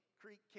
Creek